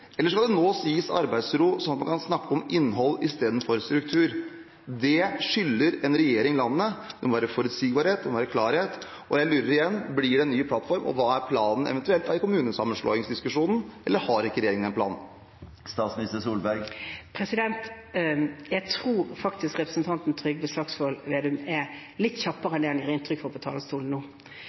Eller skal det nå gis arbeidsro, slik at man kan snakke om innhold istedenfor struktur? Det skylder en regjering landet. Det må være forutsigbarhet, og det må være klarhet. Jeg lurer igjen: Blir det en ny plattform? Og hva er planen eventuelt i kommunesammenslåingsdiskusjonen? Eller har ikke regjeringen en plan? Jeg tror faktisk representanten Trygve Slagsvold Vedum er litt kjappere enn det han gir inntrykket av på talerstolen nå.